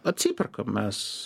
atsiperkam mes